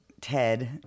Ted